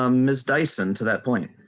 ah miss dyson to that point.